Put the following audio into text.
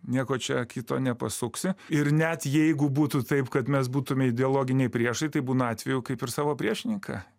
nieko čia kito nepasuksi ir net jeigu būtų taip kad mes būtume ideologiniai priešai tai būna atvejų kaip ir savo priešininką